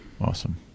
Awesome